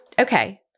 okay